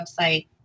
website